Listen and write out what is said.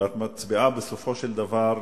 ואת מצביעה בסופו של דבר,